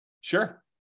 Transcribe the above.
Sure